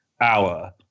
hour